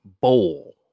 bowl